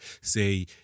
say